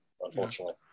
unfortunately